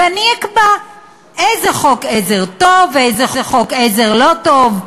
ואני אקבע איזה חוק עזר טוב ואיזה חוק עזר לא טוב.